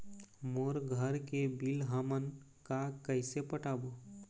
मोर घर के बिल हमन का कइसे पटाबो?